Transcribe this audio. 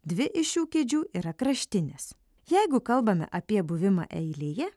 dvi iš šių kėdžių yra kraštinės jeigu kalbame apie buvimą eilėje